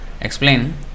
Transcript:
Explain